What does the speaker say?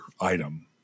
item